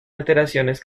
alteraciones